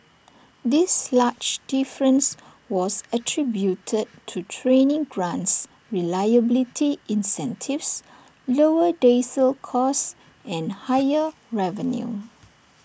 this large difference was attributed to training grants reliability incentives lower diesel costs and higher revenue